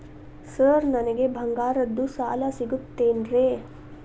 Sir ನನಗೆ ಬಂಗಾರದ್ದು ಸಾಲ ಸಿಗುತ್ತೇನ್ರೇ?